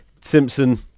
Simpson